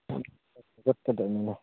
ꯄꯨꯛꯅꯤꯡ ꯈꯔ ꯊꯧꯒꯠꯀꯗꯃꯤꯅꯦ